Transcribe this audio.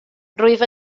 rwyf